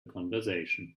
conversation